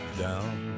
down